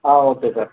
ah okay sir